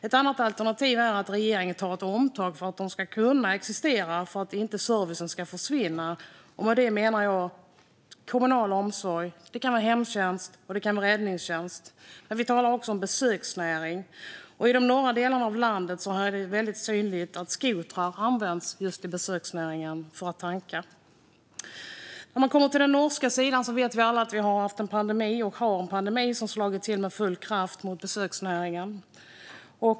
Ett annat alternativ är att regeringen tar ett omtag för att de ska kunna existera och för att inte servicen ska försvinna. Jag tänker på kommunal omsorg. Det kan vara hemtjänst, och det kan vara räddningstjänst. Men vi talar också om besöksnäringen. I de norra delarna av landet är det väldigt synligt att skotrar som används just i besöksnäringen tankar. Vi kan se på den norska sidan. Vi vet alla att vi har en pandemi och har haft en pandemi som slagit till med full kraft mot besöksnäringen.